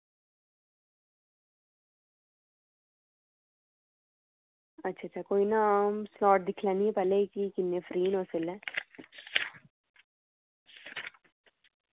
अच्छा अच्छा कोई ना अं'ऊ स्लाट दिक्खी लैन्नी आं पैह्लें कि किन्ने फ्री न उस बेल्लै